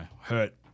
hurt